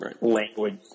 language